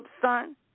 son